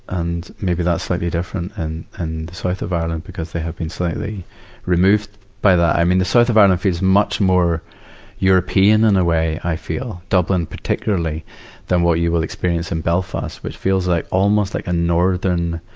and maybe that's slightly different and in, in the south of ireland, because they have been slightly removed by that. i mean, the south of ireland feels much more european in a way, i feel, dublin particularly than what you will experience in belfast, which feels like almost like a northern,